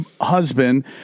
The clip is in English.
husband